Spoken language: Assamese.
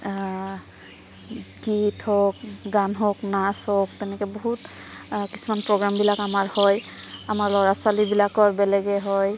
গীত হওক গান হওক নাচ হওক তেনেকৈ বহুত কিছুমান প্ৰগ্ৰামবিলাক আমাৰ হয় আমাৰ ল'ৰা ছোৱালীবিলাকৰ বেলেগে হয়